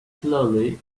slowly